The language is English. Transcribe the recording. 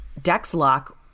Dexlock